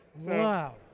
Wow